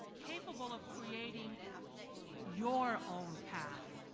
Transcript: capable of creating your own path,